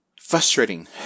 frustrating